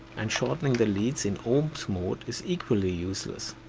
and shortening the leads in ohms mode is equally useless